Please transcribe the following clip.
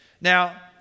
Now